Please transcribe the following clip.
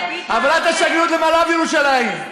העברת השגרירות למערב-ירושלים,